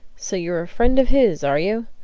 so you're a friend of his, are you?